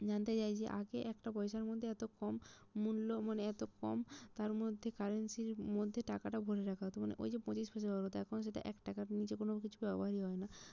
জানতে চাইছি আগে একটা পয়সার মধ্যে এত কম মূল্য মানে এত কম তার মধ্যে কারেন্সির মধ্যে টাকাটা ভরে রাখা হতো মানে ওই যে পঁচিশ পয়সা হলো তো এখন সেটা এক টাকার নিচে কোনও কিছু ব্যবহারই হয় না